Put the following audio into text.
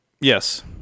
Yes